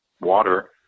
water